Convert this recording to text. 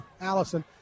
Allison